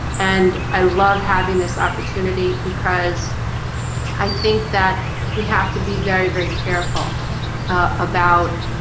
and i love having this opportunity because i think that we have to be very very careful about